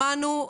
שמענו,